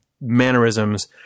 mannerisms